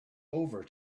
over